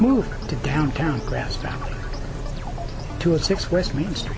moved to downtown grass down to a six westminster